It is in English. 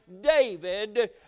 David